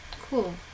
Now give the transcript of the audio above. Cool